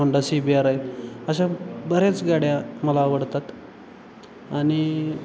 Honda C B R I अशा बऱ्याच गाड्या मला आवडतात आणि